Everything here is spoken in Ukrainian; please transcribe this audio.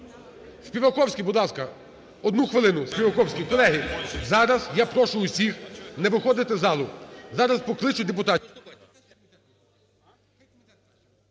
Співаковський, будь ласка, 1 хвилина. Співаковський. Колеги, зараз я прошу всіх не виходити із залу, зараз покличуть депутатів.